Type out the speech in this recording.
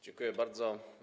Dziękuję bardzo.